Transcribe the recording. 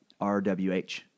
RWH